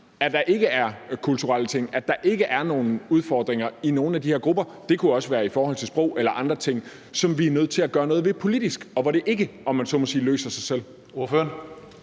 at der ikke er kulturelle ting, at der ikke er nogen udfordringer i nogen af de her grupper? Det kunne også være i forhold til sprog eller andre ting, som vi er nødt til at gøre noget ved politisk, og hvor det ikke, om man så må sige, løser sig selv.